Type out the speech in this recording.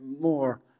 more